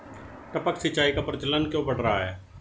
टपक सिंचाई का प्रचलन क्यों बढ़ रहा है?